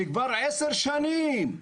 שכבר עשר שנים,